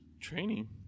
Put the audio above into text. Training